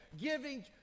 giving